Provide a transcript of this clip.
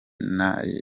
nayo